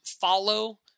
follow